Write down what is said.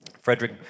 Frederick